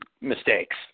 mistakes